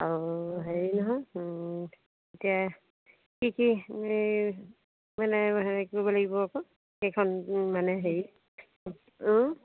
আৰু হেৰি নহয় এতিয়া কি কি মানে হেৰি কৰিব লাগিব আকৌ সেইখন মানে হেৰি